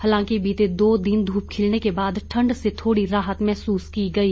हालांकि बीते दो दिन धूप खिलने के बाद ठंड से थोड़ी राहत महसूस की गई